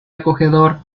acogedor